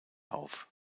auf